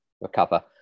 recover